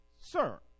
Sir